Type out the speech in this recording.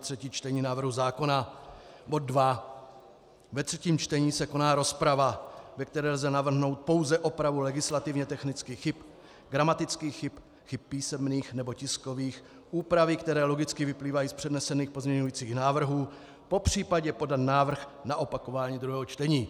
Třetí čtení návrhu zákona, bod 2: Ve třetím čtení se koná rozprava, ve které lze navrhnout pouze opravu legislativně technických chyb, gramatických chyb, chyb písemných nebo tiskových, úpravy, které logicky vyplývají z přednesených pozměňujících návrhů, popř. podat návrh na opakování druhého čtení.